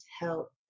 help